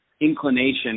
inclination